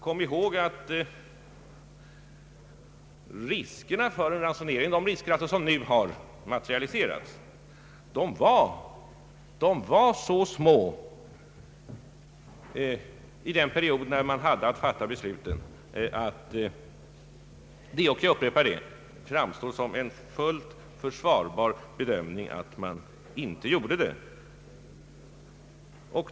Kom ihåg att riskerna för en ransonering — de risker som nu har materialiserats — var så små vid den tidpunkt då man hade att fatta beslutet att den bedömning som då gjordes framstår som fullt försvarbar.